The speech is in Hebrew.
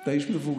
אתה איש מבוגר.